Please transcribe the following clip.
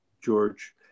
George